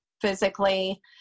physically